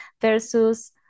versus